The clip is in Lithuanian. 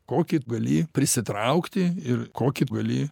kokį gali prisitraukti ir kokį gali